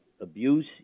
abuse